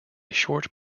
short